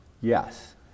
yes